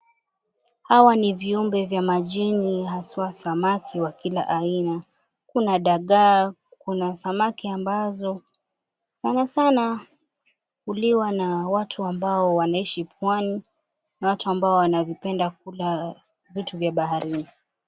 Hawa ni viumbe vya majini haswa samaki wa kila aina, kuna dagaa, kuna samaki ambazo sana sana huliwa na watu ambao wanaishi pwani na watu wanaopenda kula vitu vya baharini.